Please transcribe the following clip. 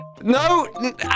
No